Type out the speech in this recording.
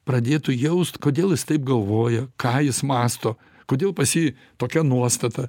pradėtų jaust kodėl jis taip galvoja ką jis mąsto kodėl pas jį tokia nuostata